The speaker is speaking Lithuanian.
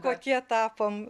kokie tapom